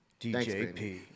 DJP